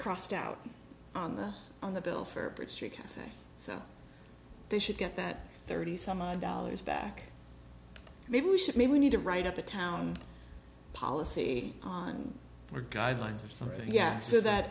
crossed out on the on the bill for bridge street cafe so they should get that thirty some odd dollars back maybe we should maybe we need to write up a town policy on our guidelines or something yeah so that